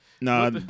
No